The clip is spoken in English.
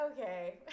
Okay